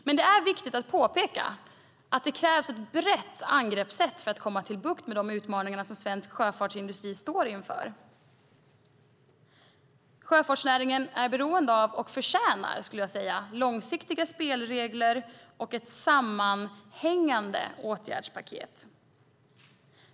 Men det är viktigt att påpeka att det krävs ett brett angreppssätt för att få bukt med de utmaningar som svensk sjöfartsindustri står inför. Sjöfartsnäringen är beroende av - och förtjänar, skulle jag säga - långsiktiga spelregler och ett sammanhängande åtgärdspaket.